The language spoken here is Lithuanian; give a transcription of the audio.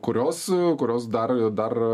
kurios kurios dar dar